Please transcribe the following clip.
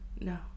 No